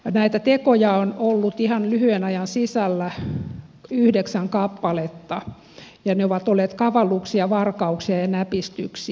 näitä tekoja on ollut ihan lyhyen ajan sisällä yhdeksän kappaletta ja ne ovat olleet kavalluksia varkauksia ja näpistyksiä